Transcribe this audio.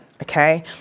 okay